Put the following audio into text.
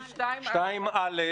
2(א)?